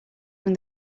from